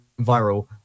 viral